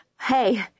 Hey